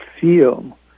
feel